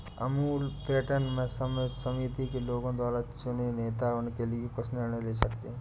Amul pattern में समिति के लोगों द्वारा चुने नेता उनके लिए कुछ निर्णय ले सकते हैं